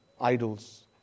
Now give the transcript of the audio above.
idols